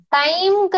time